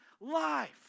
life